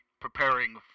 preparing